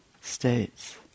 states